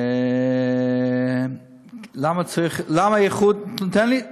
למה איחוד?